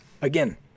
Again